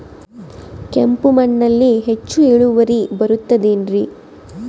ಕೆಂಪು ಮಣ್ಣಲ್ಲಿ ಹೆಚ್ಚು ಇಳುವರಿ ಬರುತ್ತದೆ ಏನ್ರಿ?